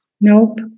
Nope